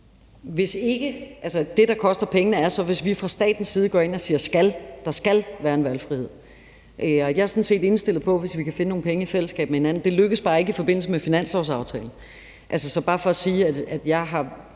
det, der koster pengene, er så, hvis vi fra statens side går ind og siger, at der skal være en valgfrihed. Jeg er sådan set indstillet på det, hvis vi kan finde nogle penge i fællesskab med hinanden. Det lykkedes bare ikke i forbindelse med finanslovsaftalen.